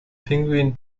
pinguin